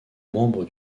membre